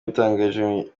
yabitangarije